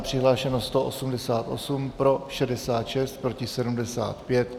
Přihlášeno 188, pro 66, proti 75.